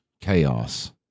chaos